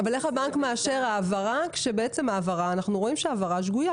איך הבנק מאשר העברה ואנחנו רואים שההעברה שגויה.